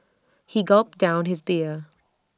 he gulped down his beer